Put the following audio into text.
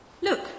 Look